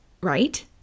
Right